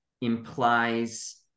implies